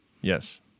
Yes